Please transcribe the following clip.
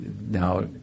now